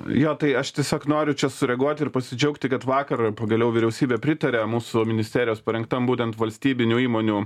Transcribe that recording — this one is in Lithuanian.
jo tai aš tiesiog noriu čia sureaguoti ir pasidžiaugti kad vakar pagaliau vyriausybė pritarė mūsų ministerijos parengtam būtent valstybinių įmonių